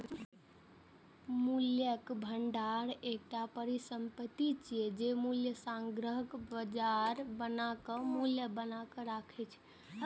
मूल्यक भंडार एकटा परिसंपत्ति छियै, जे मूल्यह्रासक बजाय अपन मूल्य बनाके राखै छै